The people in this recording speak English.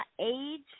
age